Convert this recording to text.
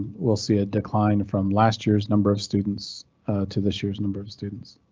we'll see it decline from last year's number of students to this year's number of students.